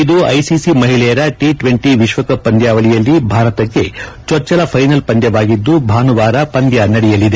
ಇದು ಐಸಿಸಿ ಮಹಿಳಿಯರ T twenty ವಿಶ್ವಕಪ್ ಪಂದ್ಯಾವಳಿಯಲ್ಲಿ ಭಾರತಕ್ಕೆ ಚೊಚ್ಚಲ ಫೈನಲ್ ಪಂದ್ಯವಾಗಿದ್ದು ಭಾನುವಾರ ಪಂದ್ಯ ನಡೆಯಲಿದೆ